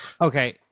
Okay